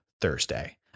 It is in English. Thursday